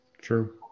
true